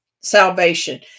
salvation